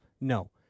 No